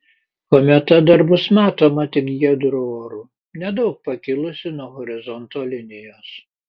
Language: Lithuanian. kometa dar bus matoma tik giedru oru nedaug pakilusi nuo horizonto linijos